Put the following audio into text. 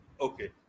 Okay